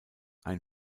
ein